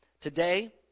Today